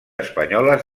espanyoles